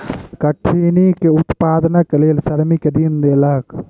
कठिनी के उत्पादनक लेल श्रमिक ऋण लेलक